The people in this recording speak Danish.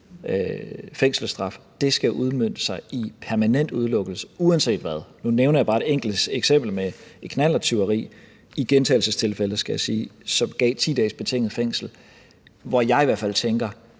og ubetinget, skal udmønte sig i permanent udelukkelse – uanset hvad. Nu nævner jeg bare et enkelt eksempel med et knallerttyveri, som i gentagelsestilfælde, skal jeg sige, gav 10 dages betinget fængsel, og hvor jeg i hvert fald tænker,